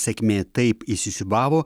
sėkmė taip įsisiūbavo